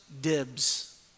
dibs